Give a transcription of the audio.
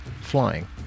flying